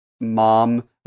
mom